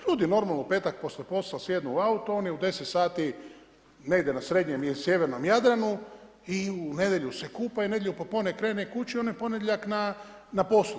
Ljudi normalno u petak poslije posla sjednu u auto, oni u 10 sati negdje na srednjem ili sjevernom Jadranu i u nedjelju se kupaju i u nedjelju popodne krene kući i on je u ponedjeljak na poslu.